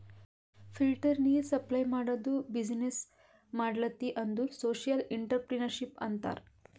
filter ನೀರ್ supply ಮಾಡದು business ಮಾಡ್ಲತಿ ಅಂದುರ್ ಸೋಶಿಯಲ್ ಇಂಟ್ರಪ್ರಿನರ್ಶಿಪ್ ಅಂತಾರ್